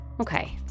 okay